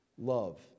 love